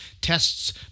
tests